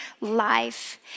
life